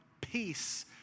peace